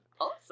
Awesome